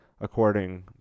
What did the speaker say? according